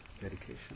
dedication